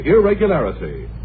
irregularity